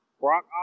Brock